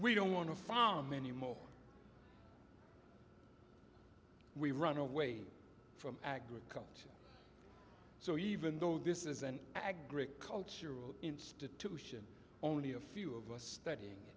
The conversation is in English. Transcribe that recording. want a farm anymore we run away from agriculture so even though this is an agricultural institution only a few of us study